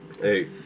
Hey